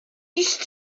used